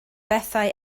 bethau